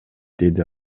деди